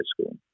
school